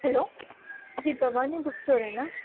hello ఇది Bhavani book స్టోరేనా